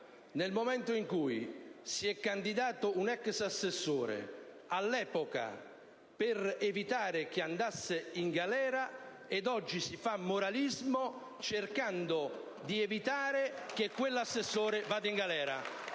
nel momento in cui si è candidato, all'epoca, un ex assessore per evitare che andasse in galera e, oggi, si fa moralismo cercando di evitare che quell'assessore vada in galera.